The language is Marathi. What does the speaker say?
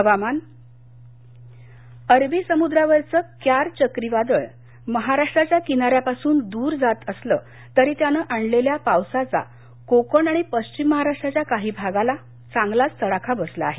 हवामान अरबी समुद्रावरचं क्यार चक्रीवादळ महाराष्ट्राच्या किनाऱ्यापासून दूर जात असलं तरी त्यानं आणलेल्या पावसाचा कोकण आणि पश्चिम महाराष्ट्राच्या काही भागाला चांगलाच तडाखा बसला आहे